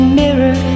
mirror